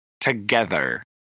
together